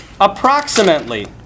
approximately